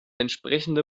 entsprechende